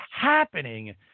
happening